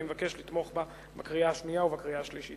אני מבקש לתמוך בה בקריאה השנייה ובקריאה השלישית.